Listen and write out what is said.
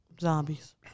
Zombies